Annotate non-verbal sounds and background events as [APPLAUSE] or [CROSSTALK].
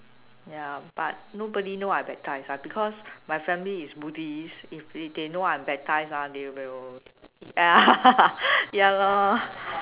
ya but nobody know I baptised ah because my family is buddhist if they they know I baptised ah they will [LAUGHS] ya lor